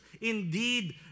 indeed